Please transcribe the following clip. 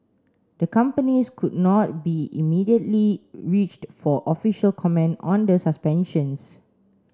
the companies could not be immediately reached for official comment on the suspensions